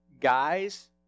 guys